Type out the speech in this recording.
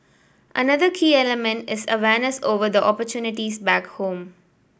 another key element is awareness over the opportunities back home